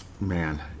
man